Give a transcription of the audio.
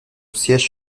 siège